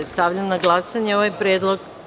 Stavljam na glasanje ovaj predlog.